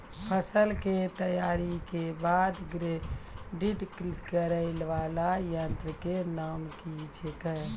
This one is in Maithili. फसल के तैयारी के बाद ग्रेडिंग करै वाला यंत्र के नाम की छेकै?